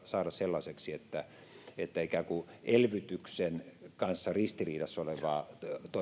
saada sellaiseksi että ikään kuin elvytyksen kanssa ristiriidassa olevaan